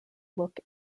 look